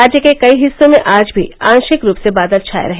राज्य के कई हिस्सों में आज भी आशिक रूप से बादल छाये रहे